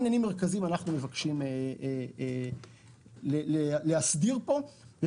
אנחנו מבקשים להסדיר פה שלושה עניינים מרכזיים,